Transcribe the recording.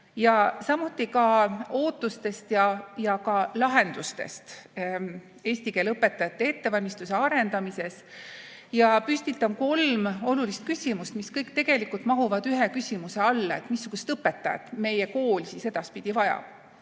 samuti [räägin] ootustest ja ka lahendustest eesti keele õpetajate ettevalmistuse arendamisel. Püstitan kolm olulist küsimust, mis kõik mahuvad ühe küsimuse alla, missugust õpetajat meie kool siis edaspidi vajab,